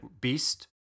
Beast